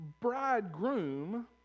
bridegroom